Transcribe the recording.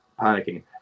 panicking